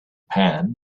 pan